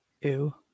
Ew